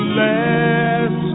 last